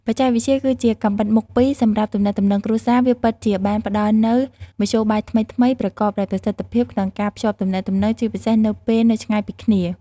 បច្ចេកវិទ្យាគឺជា កាំបិតមុខពីរ សម្រាប់ទំនាក់ទំនងគ្រួសារ វាពិតជាបានផ្ដល់នូវ មធ្យោបាយថ្មីៗ ប្រកបដោយប្រសិទ្ធភាពក្នុងការភ្ជាប់ទំនាក់ទំនង ជាពិសេសនៅពេលនៅឆ្ងាយពីគ្នា។